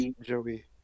Joey